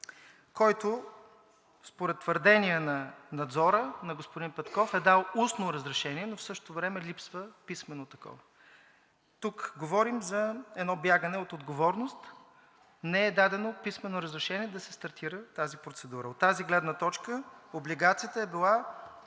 който, според твърдения на Надзора, на господин Петков е дал устно разрешение, но в същото време липсва писмено такова. Тук говорим за едно бягане от отговорност, не е дадено писмено разрешение да се стартира тази процедура. От тази гледна точка облигацията е била